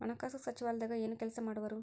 ಹಣಕಾಸು ಸಚಿವಾಲಯದಾಗ ಏನು ಕೆಲಸ ಮಾಡುವರು?